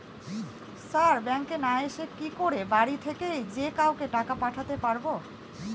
Sir ব্যাঙ্কে না এসে কি করে বাড়ি থেকেই যে কাউকে টাকা পাঠাতে পারবো?